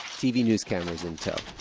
tv news cameras in tow.